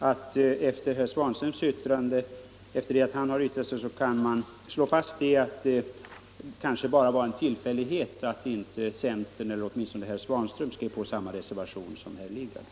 Herr talman! Jag vill bara konstatera att efter det att herr Svanström har yttrat sig kan man slå fast att det kanske bara var en tillfällighet att inte centern eller åtminstone herr Svanström skrev på samma reservation som herr Lidgard.